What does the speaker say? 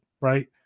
right